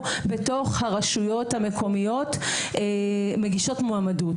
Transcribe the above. בתוך הרשויות המקומיות מגישות מועמדות.